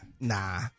Nah